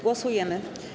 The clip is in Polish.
Głosujemy.